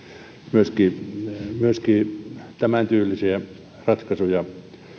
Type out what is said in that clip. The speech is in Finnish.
myöskin myöskin tämäntyylisiä ratkaisuja